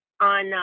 on